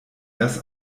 das